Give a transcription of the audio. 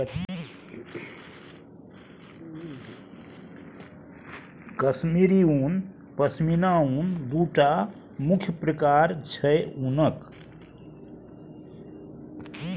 कश्मीरी उन, पश्मिना उन दु टा मुख्य प्रकार छै उनक